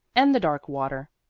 and the dark water.